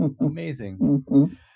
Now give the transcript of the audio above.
Amazing